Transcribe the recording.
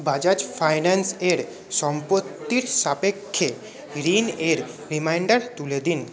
Bajaj finance এর সম্পত্তির সাপেক্ষে ঋণ এর রিমাইন্ডার তুলে দিন